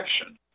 action